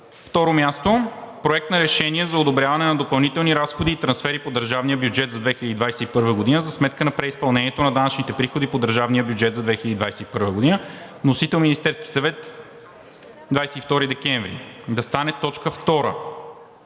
второ място, Проект на решение за одобряване на допълнителни разходи и трансфери по държавния бюджет за 2021 г. за сметка на преизпълнението на данъчните приходи по държавния бюджет за 2021 г. Вносител – Министерският съвет на 22 декември 2021 г., да стане точка втора